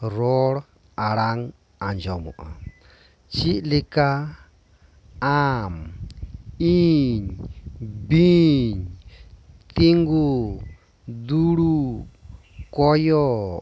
ᱨᱚᱲ ᱟᱲᱟᱝ ᱟᱸᱧᱡᱚᱢᱚᱜᱼᱟ ᱪᱮᱜ ᱞᱮᱠᱟ ᱟᱢ ᱤᱧ ᱵᱤᱧ ᱛᱤᱸᱜᱩ ᱫᱩᱲᱩᱵ ᱠᱚᱭᱚᱜ